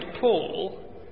Paul